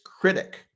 critic